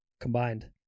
combined